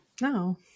No